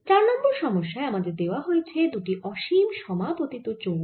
4 নম্বর সমস্যায় আমাদের দেওয়া হয়েছে দুটি অসীম সমাপতিত চোঙ